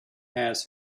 has